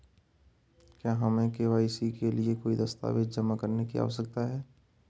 क्या हमें के.वाई.सी के लिए कोई दस्तावेज़ जमा करने की आवश्यकता है?